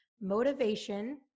motivation